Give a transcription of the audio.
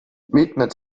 mitmed